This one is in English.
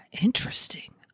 Interesting